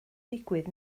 digwydd